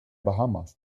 bahamas